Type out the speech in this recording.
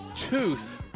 tooth